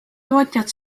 tootjad